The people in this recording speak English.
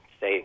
say